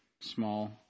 small